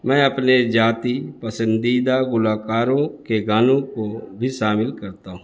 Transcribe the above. میں اپنے ذاتی پسندیدہ گلوکاروں کے گانوں کو بھی شامل کرتا ہوں